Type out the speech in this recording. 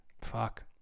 Fuck